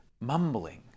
mumbling